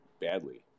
badly